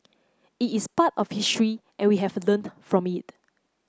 it is part of history and we have learned from it